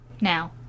Now